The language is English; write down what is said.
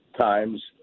times